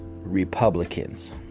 Republicans